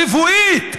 רפואית,